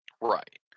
Right